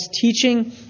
teaching